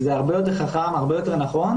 זה הרבה יותר חכם, הרבה יותר נכון.